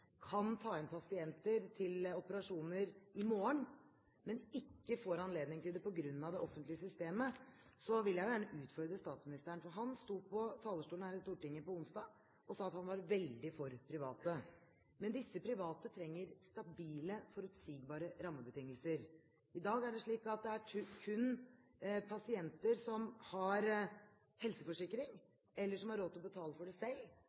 kan ta inn pasienter til operasjoner i morgen, men ikke får anledning til det på grunn av det offentlige systemet, vil jeg gjerne utfordre statsministeren, for han sto på talerstolen her i Stortinget på onsdag og sa at han var veldig for private. Men disse private trenger stabile, forutsigbare rammebetingelser. I dag er det slik at det kun er pasienter som har helseforsikring, eller som har råd til å betale for det selv,